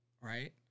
right